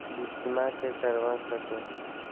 बीमा के करवा सको है?